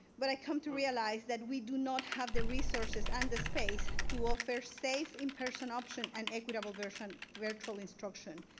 but i come to realize that we do not have the resources and the space to offer safe in-person option and equitable version virtual instruction.